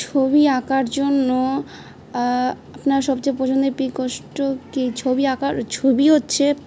ছবি আঁকার জন্য আপনার সবচেয়ে পছন্দের প কষ্ট কি ছবি আঁকার ছবি হচ্ছে